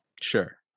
Sure